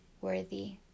worthy